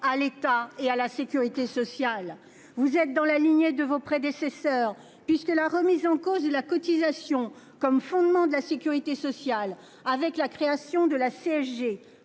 à l'État et à la sécurité sociale. Vous vous inscrivez dans la lignée de vos prédécesseurs. La remise en cause de la cotisation comme fondement de la sécurité sociale, par la création de la CSG,